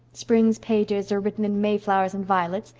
spring's pages are written in mayflowers and violets,